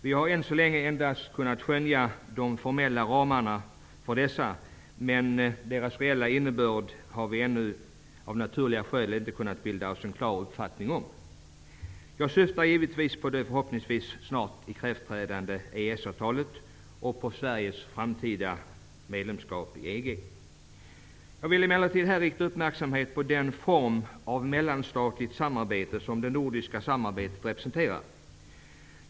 Vi har än så länge endast kunnat skönja de formella ramarna för dessa, och deras reella innebörd har vi av naturliga skäl ännu inte kunnat bilda oss en klar uppfattning om. Jag syftar givetvis på det förhoppningsvis snart ikraftträdande EES-avtalet och på Sveriges framtida medlemskap i EG. Jag vill emellertid här rikta uppmärksamheten på den form av mellanstatligt samarbete som det nordiska samarbetet representerar.